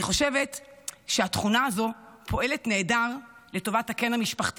אני חושבת שהתכונה הזו פועלת נהדר לטובת הקן המשפחתי,